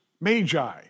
Magi